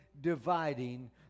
dividing